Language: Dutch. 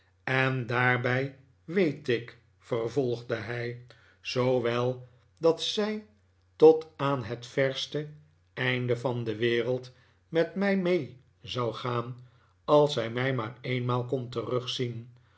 en daarbij weet ik vervolgde hij zoowel dat zij tot aan het verste einde van de wereld met mij mee zou gaan als zij mij maar eenmaal kon terugzien